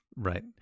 Right